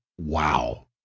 wow